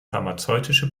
pharmazeutische